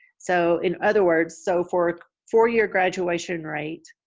so in other words, so for a four-year graduation rate,